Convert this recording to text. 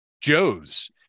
Joes